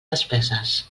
despeses